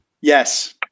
Yes